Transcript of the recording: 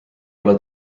ole